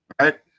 right